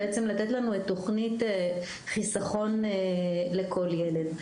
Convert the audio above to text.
בעצם לתת לנו את תוכנית ׳חיסכון לכל ילד׳.